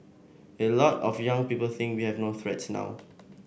a lot of young people think we have no threats now